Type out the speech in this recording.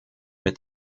mit